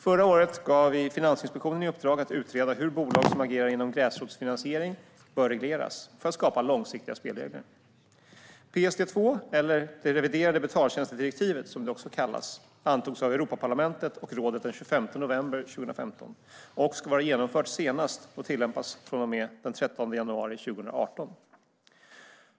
Förra året gav vi Finansinspektionen i uppdrag att utreda hur bolag som agerar inom gräsrotsfinansiering bör regleras, för att skapa långsiktiga spelregler.